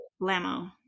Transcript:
Lamo